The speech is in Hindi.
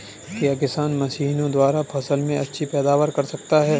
क्या किसान मशीनों द्वारा फसल में अच्छी पैदावार कर सकता है?